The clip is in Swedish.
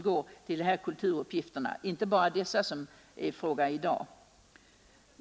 Det är de statsanslag som totalt utgår till dessa kulturuppgifter, således inte bara de institutioner som det i dag är fråga om.